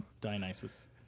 Dionysus